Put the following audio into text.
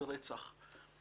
ויחזור לחיפה.